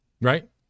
Right